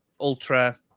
ultra